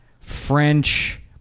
French